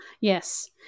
Yes